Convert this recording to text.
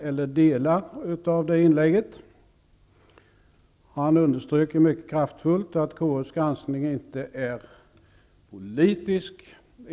Han underströk inledningsvis mycket kraftfullt att KU:s granskning inte är politisk.